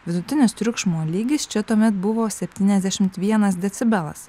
vidutinis triukšmo lygis čia tuomet buvo septyniasdešimt vienas decibelas